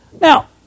Now